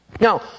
Now